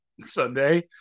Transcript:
Sunday